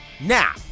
Now